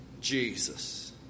Jesus